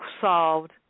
solved